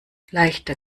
leichter